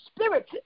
Spirit